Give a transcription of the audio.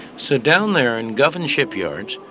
so down there in governed shipyards,